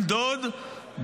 בן דוד,